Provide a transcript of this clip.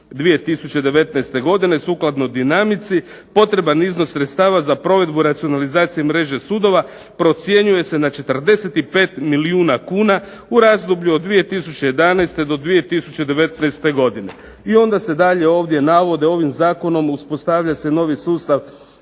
2019. godine, sukladno dinamici. Potreban iznos sredstava za provedbu racionalizacije mreže sudova procjenjuje se na 45 milijuna kuna u razdoblju od 2011. do 2019. godine. I onda se dalje ovdje navode ovim zakonom uspostavlja se novi sustav